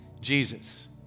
Jesus